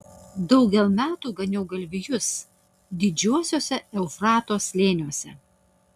daugel metų ganiau galvijus didžiuosiuose eufrato slėniuose